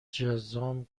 جذام